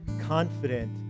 confident